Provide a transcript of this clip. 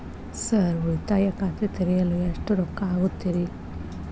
Sir ಉಳಿತಾಯ ಖಾತೆ ತೆರೆಯಲು ಎಷ್ಟು ರೊಕ್ಕಾ ಆಗುತ್ತೇರಿ?